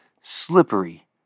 slippery